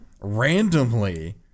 Randomly